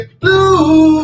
blue